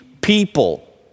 people